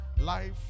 life